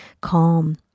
calm